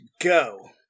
go